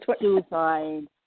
suicide